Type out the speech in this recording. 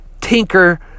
tinker